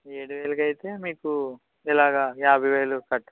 ఏడువేలకి అయితే మీకు ఇలాగా యాభైవేలు కట్టు